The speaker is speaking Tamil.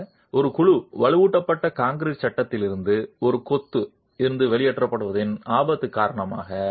குறிப்பாக ஒரு குழு வலுவூட்டப்பட்ட கான்கிரீட் சட்டத்திலிருந்து ஒரு கொத்து இருந்து வெளியேற்றப்படுவதன் ஆபத்து காரணமாக